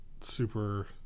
super